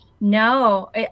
No